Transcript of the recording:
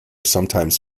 sometimes